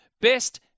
best